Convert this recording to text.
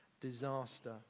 disaster